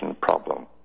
problem